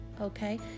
Okay